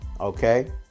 okay